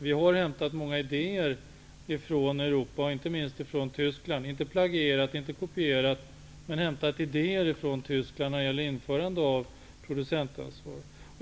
Vi har hämtat många idéer från Europa, inte minst från Tyskland -- inte plagierat, inte kopierat men hämtat idéer -- när det gäller införande av producentansvar.